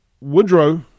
Woodrow